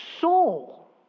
Soul